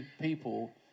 people